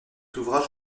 ouvrage